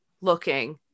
looking